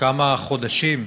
כמה חודשים,